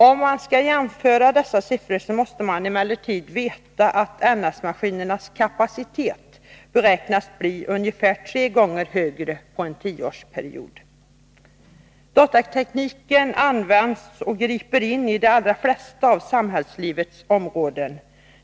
Om man skall jämföra dessa siffror måste man emellertid veta att NS-maskinernas kapacitet beräknas bli ungefär tre gånger högre på en tioårsperiod. Datatekniken används inom och griper in i de allra flesta av samhällslivets områden.